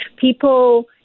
People